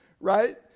right